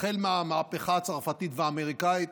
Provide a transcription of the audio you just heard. החל מהמהפכה הצרפתית והאמריקאית,